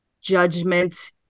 judgment